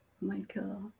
Michael